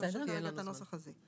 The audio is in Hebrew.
ונשאיר בינתיים את הנוסח הזה.